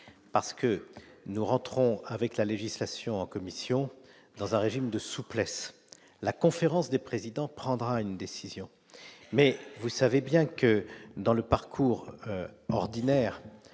parce que nous rentrons avec la législation en commission dans un régime de souplesse, la conférence des présidents, prendra une décision, mais vous savez bien que dans le parcours ordinaire